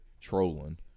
trolling